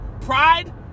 pride